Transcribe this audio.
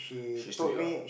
she stood you up